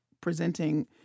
presenting